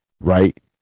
right